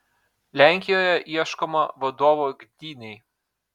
lenkijoje ieškoma vadovo gdynei